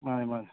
ꯃꯥꯟꯅꯦ ꯃꯥꯟꯅꯦ